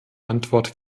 antwort